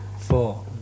four